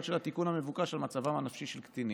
של התיקון המבוקש על מצבם הנפשי של קטינים.